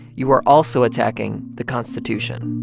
you are also attacking the constitution